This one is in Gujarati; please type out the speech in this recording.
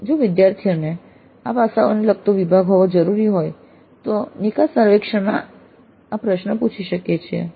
જો વિદ્યાર્થીઓને આ પાસાઓ લાગતો વિભાગ હોવો જરૂરી હોય તો આપણે નિકાસ સર્વેક્ષણમાં આ પ્રશ્ન પૂછી શકીએ છીએ